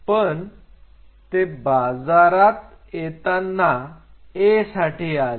पण ते बाजारात येताना A साठी आले